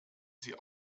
sie